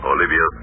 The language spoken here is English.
Olivia